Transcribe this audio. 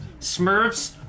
Smurfs